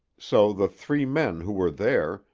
so the three men who were there,